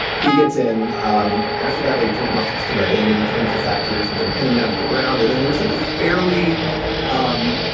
he gets in. um after that they take him off to this kind of abandoned chemical factory or something pin him down to the ground and then there is like a fairly um